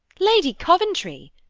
lady coventry!